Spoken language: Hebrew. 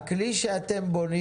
הכלי שאתם בונים